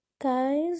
guys